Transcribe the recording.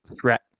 threat